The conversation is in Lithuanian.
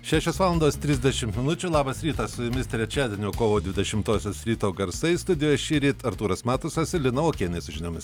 šešios valandos trisdešimt minučių labas rytas su jumis trečiadienio kovo dvidešimtosios ryto garsai studijoje šįryt artūras matusas ir lina okienė su žinomis